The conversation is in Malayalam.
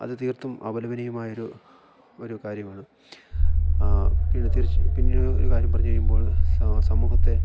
അത് തീർത്തും അപലപനീയമായൊരു ഒരു കാര്യമാണ് പിന്നെ തിരിച്ച് പിന്നെ ഒരു കാര്യം പറഞ്ഞു കഴിയുമ്പോൾ സമൂഹത്തെ